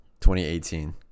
2018